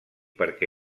perquè